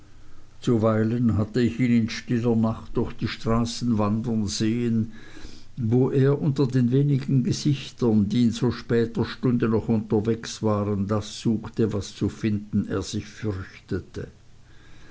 zuweilen hatte ich ihn in stiller nacht durch die straßen wandern sehen wo er unter den wenigen gesichtern die in so später stunde noch unterwegs waren das suchte was zu finden er sich fürchtete